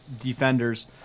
defenders